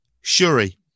Shuri